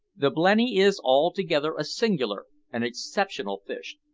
the blenny is altogether a singular, an exceptional fish.